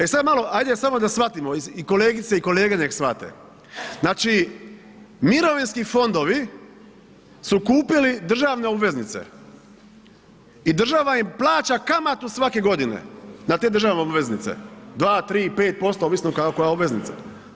E sada ajde samo da shvatimo i kolegice i kolege nek shvate, znači mirovinski fondovi su kupili državne obveznice i država im plaća kamatu svake godine na te državne obveznice 2, 3, 5% ovisno kako koja obveznica.